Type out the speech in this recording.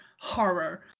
horror